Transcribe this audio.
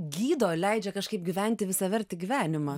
gydo leidžia kažkaip gyventi visavertį gyvenimą